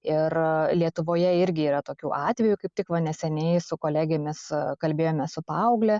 ir lietuvoje irgi yra tokių atvejų kaip tik va neseniai su kolegėmis kalbėjome su paaugle